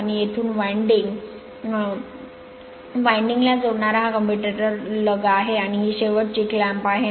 आणि येथून वाइंडिंग ला जोडणारा हा कम्युटेटर लूग आहे आणि ही शेवटची क्लॅम्प आहे